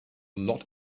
lot